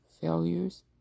failures